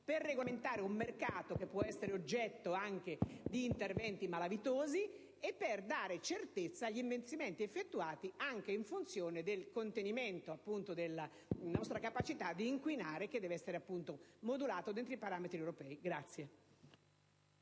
per regolamentare un mercato che può essere oggetto anche di interventi malavitosi e per dare certezza agli investimenti effettuati, anche in funzione del contenimento della nostra capacità di inquinare, che deve essere modulata all'interno dei parametri europei?